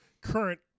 current